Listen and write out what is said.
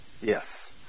Yes